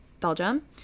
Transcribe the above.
Belgium